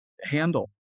handle